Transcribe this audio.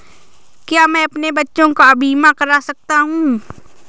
क्या मैं अपने बच्चों का बीमा करा सकता हूँ?